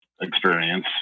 experience